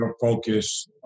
focus